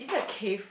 cave